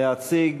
להציג